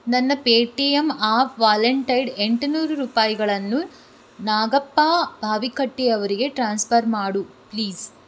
ನನ್ನ Paytm ಆಫ್ ವ್ಯಾಲೆಂಟೈಡ್ ಎಂಟು ನೂರು ರೂಪಾಯಿಗಳನ್ನು ನಾಗಪ್ಪ ಬಾವಿಕಟ್ಟಿ ಅವರಿಗೆ ಟ್ರಾನ್ಸ್ಪರ್ ಮಾಡು ಪ್ಲೀಸ್